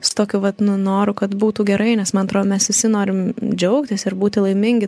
su tokiu vat nu noru kad būtų gerai nes man atro mes visi norim džiaugtis ir būti laimingi